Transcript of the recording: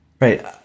Right